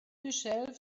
dishevelled